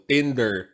Tinder